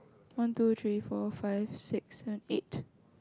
one two three four five six seven eight